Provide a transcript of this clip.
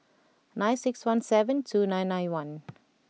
nine six one seven two nine nine one